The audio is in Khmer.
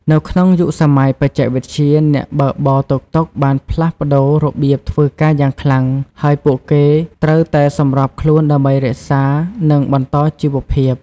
នៅក្នុងយុគសម័យបច្ចេកវិទ្យា អ្នកបើកបរតុកតុកបានផ្លាស់ប្ដូររបៀបធ្វើការយ៉ាងខ្លាំង ហើយពួកគេត្រូវតែសម្របខ្លួនដើម្បីរក្សានិងបន្តជីវភាព។